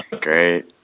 great